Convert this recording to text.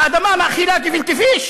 האדמה מאכילה גפילטע פיש?